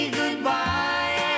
goodbye